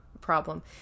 problem